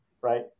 right